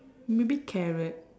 maybe carrot